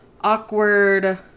awkward